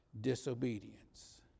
disobedience